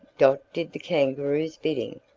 dot did the kangaroo's bidding,